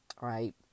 right